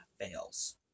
fails